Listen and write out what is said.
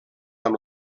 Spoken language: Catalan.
amb